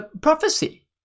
prophecy